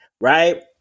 right